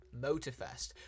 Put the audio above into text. Motorfest